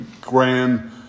grand